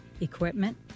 equipment